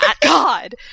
God